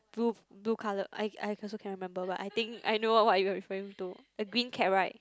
blue blue color I I also cannot remember but I think I know what you are referring to a green cab right